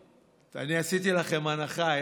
אני עשיתי לכם הנחה.